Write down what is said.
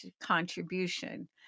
contribution